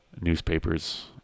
newspapers